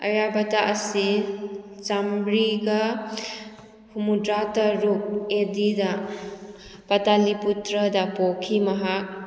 ꯑꯥꯔꯌꯥꯕꯇꯥ ꯑꯁꯤ ꯆꯃꯔꯤꯒ ꯍꯨꯝꯐꯨꯇꯔꯥꯇꯔꯨꯛ ꯑꯦ ꯗꯤꯗ ꯄ꯭ꯔꯇꯥꯅꯤꯄꯨꯇ꯭ꯔꯗ ꯄꯣꯛꯈꯤ ꯃꯍꯥꯛ